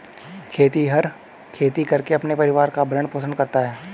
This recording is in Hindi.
खेतिहर खेती करके अपने परिवार का भरण पोषण करता है